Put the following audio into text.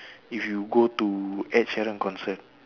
if you go to Ed Sheeran concert